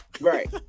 Right